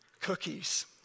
cookies